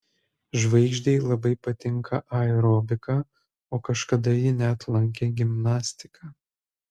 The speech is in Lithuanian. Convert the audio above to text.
žvaigždei labai patinka aerobika o kažkada ji net lankė gimnastiką